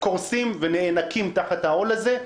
קורסים ונאנקים תחת העול הזה.